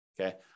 Okay